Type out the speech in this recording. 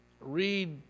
read